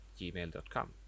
gmail.com